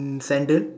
in sandal